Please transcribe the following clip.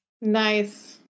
Nice